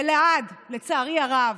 ולעד, לצערי הרב,